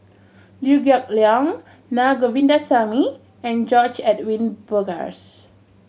Liew Geok Leong Naa Govindasamy and George Edwin Bogaars